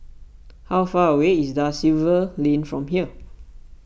how far away is Da Silva Lane from here